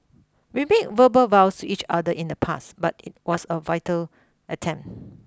we made verbal vows each other in the past but it was a vital attempt